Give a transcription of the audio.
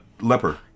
leper